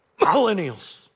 Millennials